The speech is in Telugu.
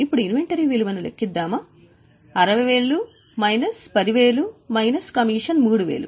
ఇప్పుడు ఇన్వెంటరీ విలువను లెక్కిద్దామా 60000 మైనస్ 10000 మైనస్ 3000 47000